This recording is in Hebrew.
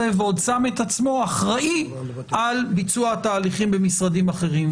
ועוד שם את עצמו אחראי על ביצוע התהליכים במשרדים אחרים.